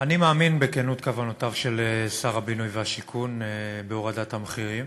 אני מאמין בכנות כוונותיו של שר הבינוי והשיכון בהורדת המחירים.